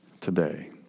today